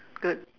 good